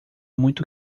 muito